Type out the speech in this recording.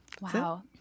Wow